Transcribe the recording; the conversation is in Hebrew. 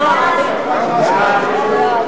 מי נגד?